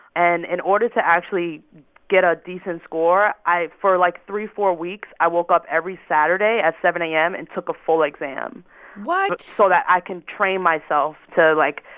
and in order to actually get a decent score, i for, like, three, four weeks, i woke up every saturday at seven a m. and took a full exam what? so that i can train myself to, like,